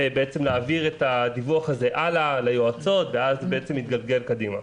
ובעצם להעביר את הדיווח הזה הלאה ליועצות ואז בעצם זה מתגלגל קדימה.